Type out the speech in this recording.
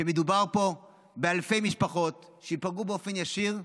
שמדובר פה באלפי משפחות שייפגעו באופן ישיר,